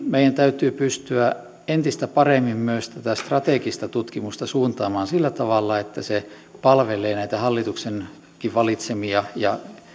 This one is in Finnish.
meidän täytyy todellakin pystyä entistä paremmin strategista tutkimusta suuntaamaan sillä tavalla että se palvelee näitä hallituksenkin valitsemia ja